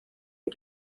die